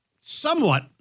somewhat